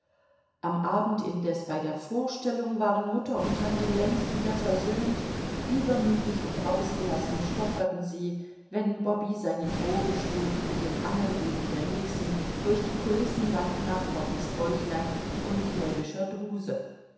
am abend indes bei der vorstellung waren mutter und tante längst wieder versöhnt übermütig und ausgelassen stocherten sie wenn bobby seinen bogen schlug mit den angelruten der nixen durch die kulissenwand nach bobbys bäuchlein und knäbischer druse